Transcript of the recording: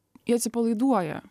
jie atsipalaiduoja